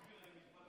באמת.